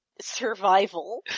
Survival